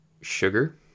sugar